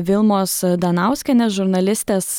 vilmos danauskienės žurnalistės